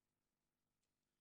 אמן.